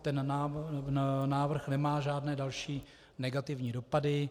Ten návrh nemá žádné další negativní dopady.